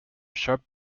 sharp